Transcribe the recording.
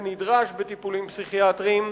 כנדרש בטיפולים פסיכיאטריים,